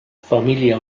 familia